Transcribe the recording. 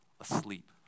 asleep